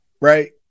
Right